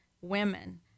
women